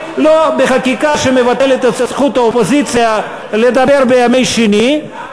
לא בחקיקה שמבטלת את זכות האופוזיציה לדבר בימי שני,